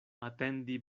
atendi